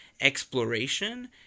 exploration